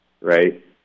right